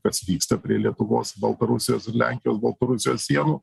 kas vyksta prie lietuvos baltarusijos ir lenkijos baltarusijos sienų